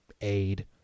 aid